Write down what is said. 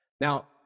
Now